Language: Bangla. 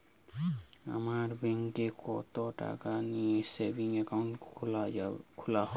আপনার ব্যাংকে কতো টাকা দিয়ে সেভিংস অ্যাকাউন্ট খোলা হয়?